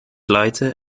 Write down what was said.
lighter